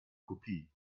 kopie